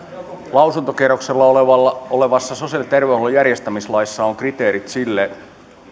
lausuntokierroksella olevassa sosiaali ja terveydenhuollon järjestämislaissa on kriteerit sille